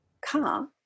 car